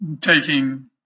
taking